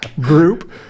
group